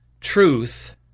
truth